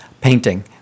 painting